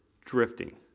drifting